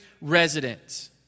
residents